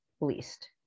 least